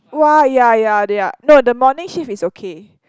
wah ya ya they are no the morning shift is okay